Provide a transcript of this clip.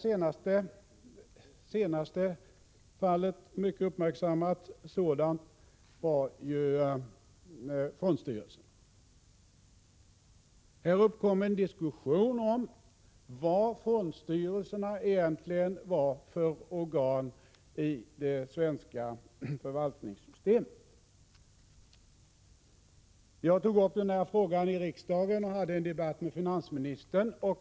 Det senaste och mycket uppmärksammade fallet var ju fondstyrelserna. Här uppkom en diskussion om vilken status i det svenska förvaltningssystemet som fondstyrelserna egentligen har. Jag tog upp frågan i riksdagen och hade en debatt med finansministern.